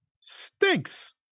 stinks